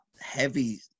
heavy